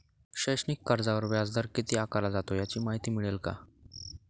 शैक्षणिक कर्जावर व्याजदर किती आकारला जातो? याची माहिती मिळेल का?